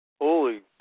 Holy